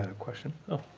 ah question? oh,